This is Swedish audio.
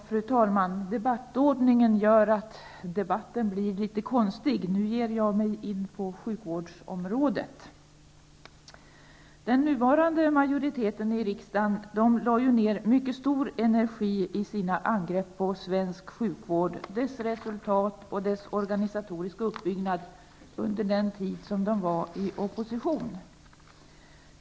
Fru talman! Debattordningen gör att debatten blir litet konstig. Jag övergår nu till sjukvårdsområdet. Den nuvarande majoriteten i riksdagen lade ner stor energi i sina angrepp på svensk sjukvård, dess resultat och dess organisatoriska uppbyggnad under den tid då de var i opposition.